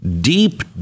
deep